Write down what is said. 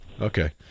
Okay